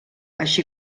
així